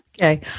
Okay